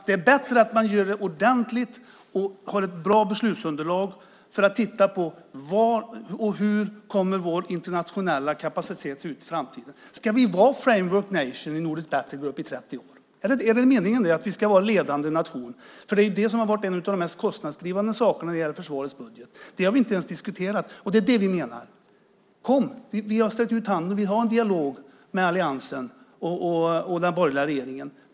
Det är bättre att man gör det ordentligt och har ett bra beslutsunderlag för att titta på var och hur vår internationella kapacitet kommer att se ut i framtiden. Ska vi vara framework nation i Nordic Battlegroup i 30 år? Är det meningen att vi ska vara en ledande nation? Det har ju varit en av de mest kostnadsdrivande sakerna när det gäller försvarets budget. Det har vi inte ens diskuterat. Det är det vi menar: Kom! Vi har sträckt ut handen och vill ha en dialog med alliansen och den borgerliga regeringen.